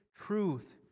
truth